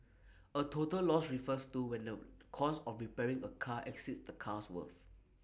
A total loss refers to when the cost of repairing A car exceeds the car's worth